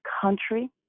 country